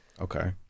Okay